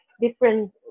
different